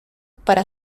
para